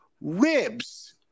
ribs